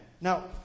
Now